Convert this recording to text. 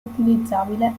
utilizzabile